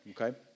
okay